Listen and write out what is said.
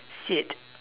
shit